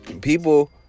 People